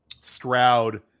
Stroud